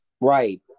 Right